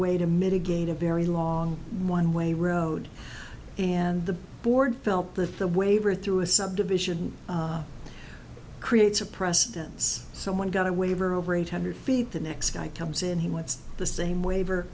way to mitigate a very long one way road and the board felt that the waiver through a subdivision creates a precedence someone got a waiver over eight hundred feet the next guy comes in he wants the same waiver